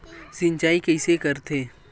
सिंचाई कइसे करथे?